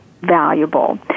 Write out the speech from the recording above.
valuable